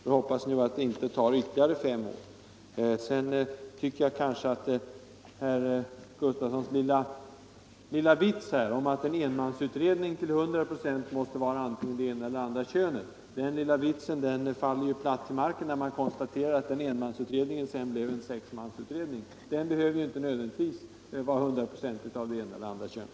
Nu hoppas jag bara att det inte tar ytterligare fem år. Slutligen tyckte jag att herr Gustavssons lilla vits om att en enmansutredning ju till 100 96 måste vara antingen det ena eller det andra könet faller platt till marken, när man konstaterar att enmansutredningen blev en sexmansutredning. Den behöver ju inte nödvändigtvis vara 100 96 av det ena eller andra könet.